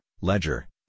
Ledger